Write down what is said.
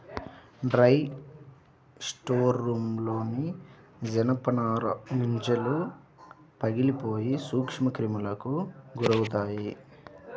dry స్టోర్రూమ్లోని జనపనార గింజలు పగిలిపోయి సూక్ష్మక్రిములకు గురవుతాయి